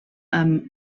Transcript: amb